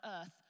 earth